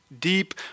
deep